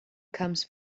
comes